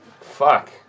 Fuck